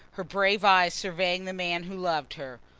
her brave eyes surveying the man who loved her.